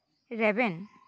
ᱨᱮᱵᱮᱱ